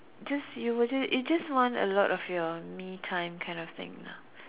just you wouldn't it just want a lot of your me time that kind of thing lah